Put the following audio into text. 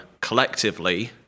collectively